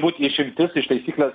būt išimtis iš taisyklės